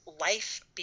life